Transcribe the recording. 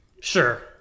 Sure